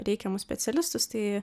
reikiamus specialistus tai